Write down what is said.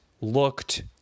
looked